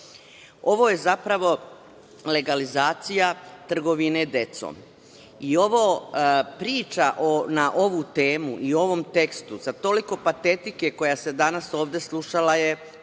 je zapravo legalizacija trgovine decom i priča na ovu temu i u ovom tekstu sa toliko patetike koja se danas ovde slušale je zaista